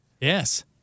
Yes